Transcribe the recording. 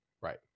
right